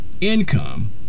income